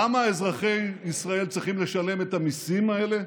למה אזרחי ישראל צריכים לשלם את המיסים האלה,